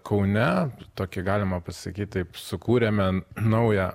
kaune tokį galima pasakyt taip sukūrėme naują